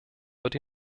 wird